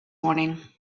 morning